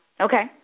Okay